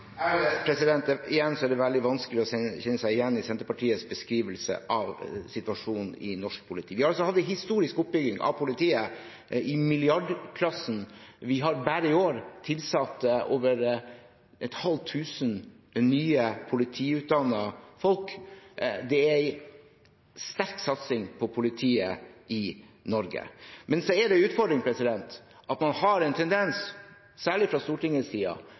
Igjen er det veldig vanskelig å kjenne seg igjen i Senterpartiets beskrivelse av situasjonen i norsk politi. Vi har hatt en historisk oppbygging av politiet, i milliardklassen. Bare i år har vi tilsatt over et halvt tusen nye politiutdannete folk. Det er en sterk satsing på politiet i Norge. Men det er en utfordring at man har en tendens, særlig fra Stortingets side,